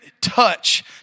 touch